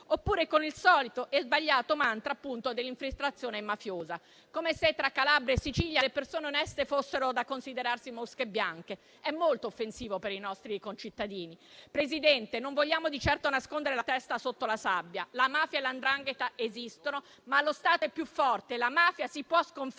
oppure con il solito e sbagliato mantra dell'infiltrazione mafiosa, come se tra Calabria e Sicilia le persone oneste fossero da considerarsi mosche bianche: è molto offensivo per i nostri concittadini. Signor Presidente, non vogliamo di certo nascondere la testa sotto la sabbia. La mafia e la 'ndrangheta esistono, ma lo Stato è più forte. La mafia si può sconfiggere,